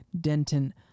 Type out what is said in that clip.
Denton